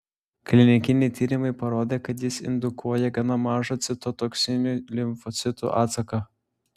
klinikiniai tyrimai parodė kad jis indukuoja gana mažą citotoksinių limfocitų atsaką